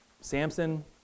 Samson